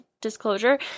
disclosure